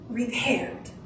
repaired